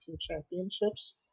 Championships